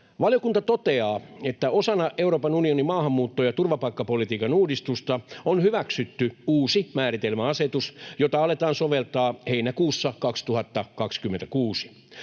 Valiokunta toteaa, että osana Euroopan unionin maahanmuutto- ja turvapaikkapolitiikan uudistusta on hyväksytty uusi määritelmäasetus, jota aletaan soveltaa heinäkuussa 2026.